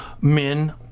men